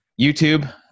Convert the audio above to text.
YouTube